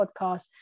podcast